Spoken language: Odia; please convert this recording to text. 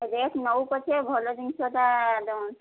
ରେଟ୍ ନେଉ ପଛେ ଭଲ ଜିନିଷଟା ଦିଅନ୍ତୁ